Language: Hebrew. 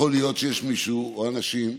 יכול להיות שיש מישהו, או אנשים,